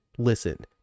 Listen